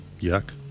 Yuck